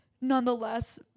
nonetheless